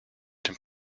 dem